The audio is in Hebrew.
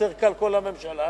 יותר קל כל הממשלה,